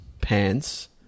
pants